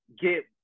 get